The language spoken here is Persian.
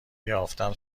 یافتیم